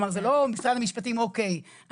כלומר זה לא משרד המשפטים אוקיי.